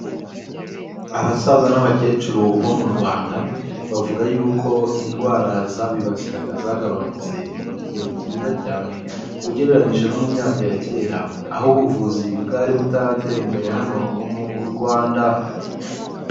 Abasaza n'abakecuru bo mu Rwanda, bavuga yuko indwara zabibasiraga zagabanutse ku kigero cyiza cyane ugereranyije no mu myaka ya cyera, aho ubuvuzi bwari butaratera imbere hano mu Rwanda.